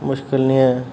मुशकल नेईं ऐ